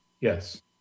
Yes